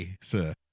sir